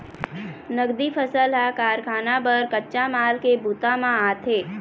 नगदी फसल ह कारखाना बर कच्चा माल के बूता म आथे